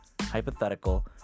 hypothetical